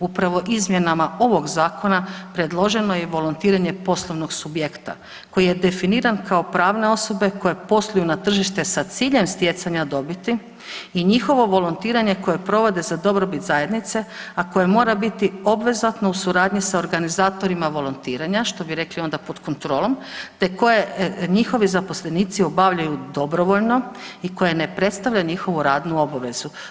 Upravo izmjenama ovog zakona predloženo je i volontiranje poslovnog subjekta koji je definiran kao pravne osobe koje posluju na tržištu sa ciljem stjecanja dobiti i njihovo volontiranje koje provode za dobrobit zajednice, a koje mora biti obvezatno u suradnji sa organizatorima volontiranja što bi rekli onda pod kontrolom te koje njihovi zaposlenici obavljaju dobrovoljno i koje ne predstavlja njihovu radnu obavezu.